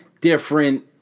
different